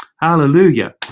Hallelujah